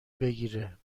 بگیره